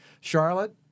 Charlotte